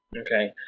Okay